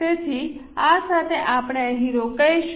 તેથી આ સાથે આપણે અહીં રોકાઈશું